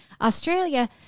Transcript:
Australia